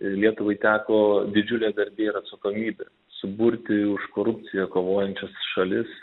lietuvai teko didžiulė ir atsakomybė suburti už korupciją kovojančias šalis